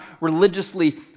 religiously